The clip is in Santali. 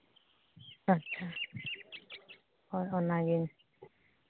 ᱟᱪᱪᱷᱟ ᱦᱳᱭ ᱚᱱᱟᱜᱮ